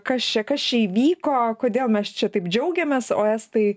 kas čia kas čia įvyko kodėl mes čia taip džiaugiamės o estai